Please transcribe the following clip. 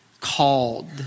called